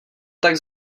tak